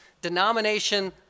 denomination